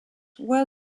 were